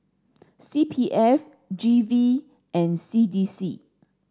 C P F G V and C D C